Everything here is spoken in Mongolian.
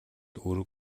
үүрэг